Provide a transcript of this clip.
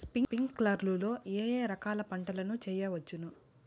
స్ప్రింక్లర్లు లో ఏ ఏ రకాల పంటల ను చేయవచ్చును?